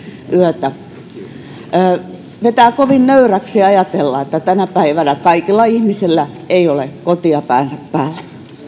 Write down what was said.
yötä vetää kovin nöyräksi ajatella että tänä päivänä kaikilla ihmisillä ei ole kattoa päänsä päällä